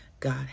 God